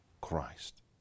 Christ